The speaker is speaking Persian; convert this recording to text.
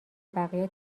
بقیه